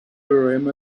urim